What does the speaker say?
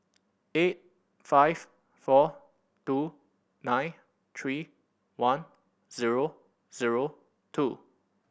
eight five four two nine three one zero zero two